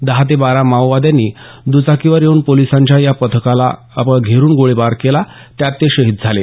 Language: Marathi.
दहा ते बारा माओवाद्यांनी दचाकीवर येऊन पोलिसांच्या या पथकाला घेरून गोळीबार केला त्यात ते शहीद झाले